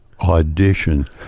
audition